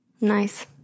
Nice